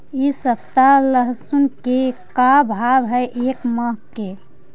इ सप्ताह लहसुन के का भाव है एक मन के?